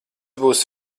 būs